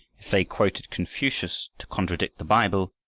if they quoted confucius to contradict the bible,